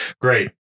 Great